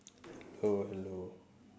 hello hello